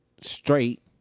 straight